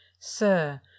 sir